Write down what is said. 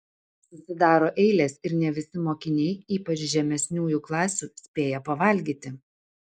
susidaro eilės ir ne visi mokiniai ypač žemesniųjų klasių spėja pavalgyti